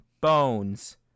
bones